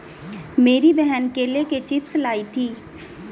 मेरी बहन केले के चिप्स लाई थी